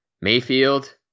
Mayfield